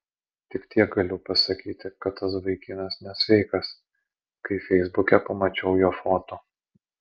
tik tiek galiu pasakyti kad tas vaikinas nesveikas kai feisbuke pamačiau jo foto